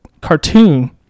cartoon